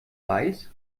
reis